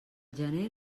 gener